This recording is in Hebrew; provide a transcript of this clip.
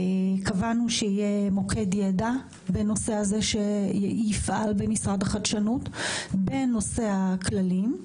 קבענו שיהיה מוקד ידע בנושא הזה שיפעל במשרד החדשנות בנושא הכללים,